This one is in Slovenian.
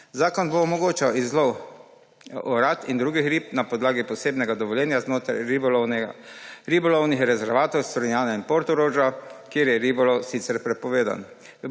Zakon bo omogočal izlov orad in drugih rib na podlagi posebnega dovoljenja znotraj ribolovnih rezervatov Strunjana in Portoroža, kjer je ribolov sicer prepovedan.